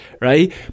right